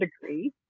degree